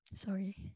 Sorry